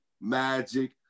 Magic